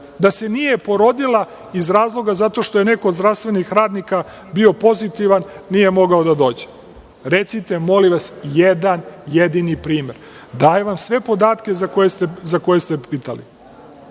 da se nije porodica iz razloga zato što je neko od zdravstvenih radnika bio pozitivan, nije mogao da dođe? Recite, molim vas, jedan jedini primer. Dajem vam sve podatke za koje ste pitali.